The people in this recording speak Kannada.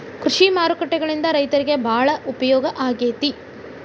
ಕೃಷಿ ಮಾರುಕಟ್ಟೆಗಳಿಂದ ರೈತರಿಗೆ ಬಾಳ ಉಪಯೋಗ ಆಗೆತಿ